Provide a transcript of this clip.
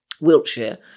Wiltshire